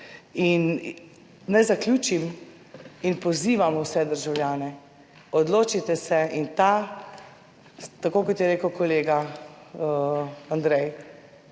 In naj zaključim in pozivam vse državljane, odločite se, in ta, tako kot je rekel kolega Andrej,